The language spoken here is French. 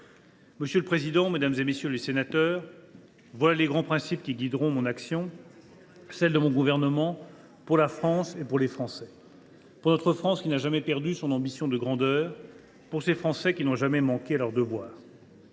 Madame la présidente, mesdames, messieurs les députés, voilà les grands principes qui guideront mon action et celle de mon gouvernement, pour la France et pour les Français, »… Et la décentralisation ?…« pour notre France qui n’a jamais perdu son ambition de grandeur, pour ces Français qui n’ont jamais manqué à leurs devoirs.